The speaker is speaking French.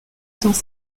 dans